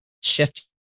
shift